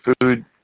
food